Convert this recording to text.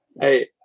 Hey